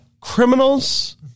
criminals